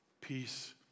Peace